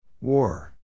War